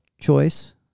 choice